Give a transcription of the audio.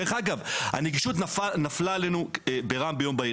דרך-אגב, הנגישות נפלה עלינו כרעם ביום בהיר.